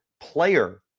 player